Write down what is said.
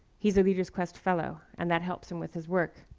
he's a leaders' quest fellow, and that helps him with his work.